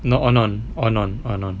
not all non all non all non